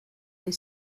your